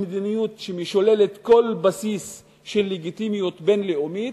זו מדיניות שמשוללת כל בסיס של לגיטימיות בין-לאומית,